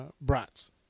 brats